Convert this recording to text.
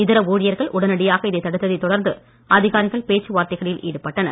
இதர ஊழியர்கள் உடனடியாக இதை தடுத்ததை தொடர்ந்து அதிகாரிகள் பேச்சுவார்த்தைகளில் ஈடுபட்டனர்